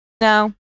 No